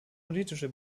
politische